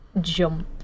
jump